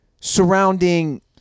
surrounding